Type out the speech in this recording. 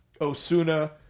Osuna